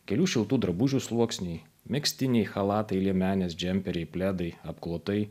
kelių šiltų drabužių sluoksniai megztiniai chalatai liemenės džemperiai pledai apklotai